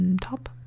Top